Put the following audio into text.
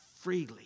freely